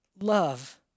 love